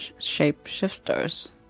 shapeshifters